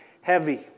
heavy